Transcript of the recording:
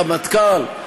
רמטכ"ל,